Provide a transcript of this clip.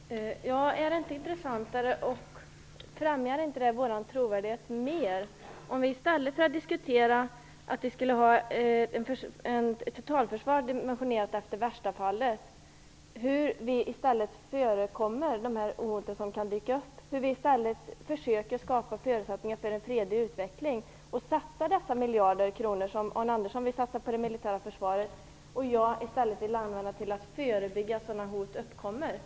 Herr talman! Är det inte intressantare, och främjar det inte vår trovärdighet mer, om vi i stället för att diskutera att vi skulle ha ett totalförsvar dimensionerat efter ett "värsta fall", förekommer de här hoten som kan dyka upp och försöker skapa förutsättningar för en fredlig utveckling? Vi kan satsa dessa miljarder, som Arne Andersson vill satsa på det militära försvaret, på att förebygga att sådana hot uppkommer.